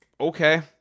okay